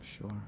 Sure